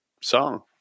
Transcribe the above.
song